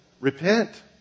Repent